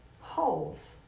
holes